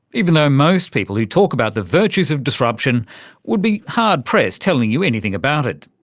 even though most people who talk about the virtues of disruption would be hard pressed telling you anything about it.